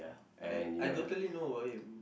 I I totally know about him